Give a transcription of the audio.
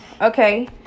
Okay